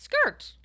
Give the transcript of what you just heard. skirt